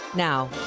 Now